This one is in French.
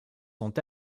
sont